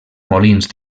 molins